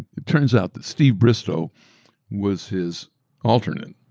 it turns out that steve bristow was his alternate.